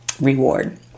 reward